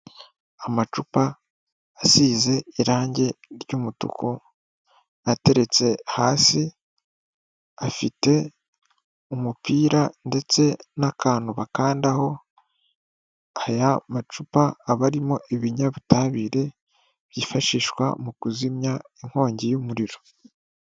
Amacupa asize irangi ry'umutuku ateretse hasi, afite umupira ndetse n'akantu bakandaho, aya macupa aba arimo ibinyabutabire byifashishwa mu kuzimya inkongi y'umuriro.